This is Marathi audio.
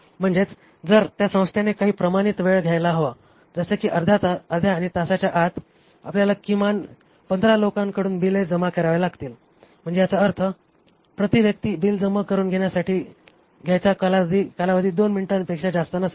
म्हणजेच जर त्या संस्थेने काही प्रमाणित वेळ द्यायला हवा जसे की अर्ध्या आणि तासाच्या आत आपल्याला किमान 15 लोकांकडून बिले जमा करावी लागतील म्हणजे याचा अर्थ प्रति व्यक्ती बिल जमा करून घ्यायचा कालावधी 2 मिनिटांपेक्षा जास्त नसावा